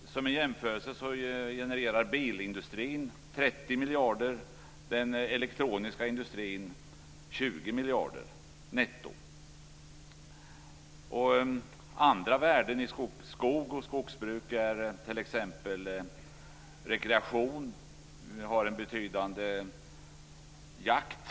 Som en jämförelse genererar bilindustrin 30 miljarder och den elektroniska industrin 20 miljarder netto. Andra värden i skog och skogsbruk är t.ex. rekreation. Vi har en betydande jakt.